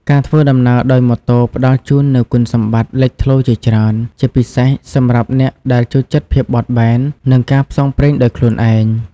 ការធ្វើដំណើរដោយម៉ូតូផ្ដល់ជូននូវគុណសម្បត្តិលេចធ្លោជាច្រើន ជាពិសេសសម្រាប់អ្នកដែលចូលចិត្តភាពបត់បែន និងការផ្សងព្រេងដោយខ្លួនឯង។